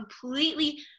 completely